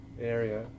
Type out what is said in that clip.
area